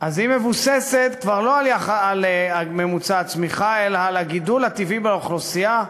אז היא מבוססת כבר לא על ממוצע הצמיחה אלא על הגידול הטבעי באוכלוסייה,